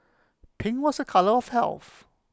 pink was A colour of health